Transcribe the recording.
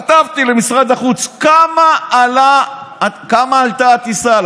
כתבתי למשרד החוץ: כמה עלתה הטיסה?